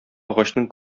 агачның